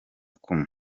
kumwe